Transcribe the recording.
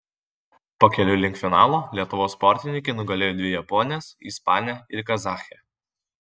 pakeliui link finalo lietuvos sportininkė nugalėjo dvi japones ispanę ir kazachę